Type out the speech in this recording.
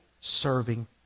serving